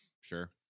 Sure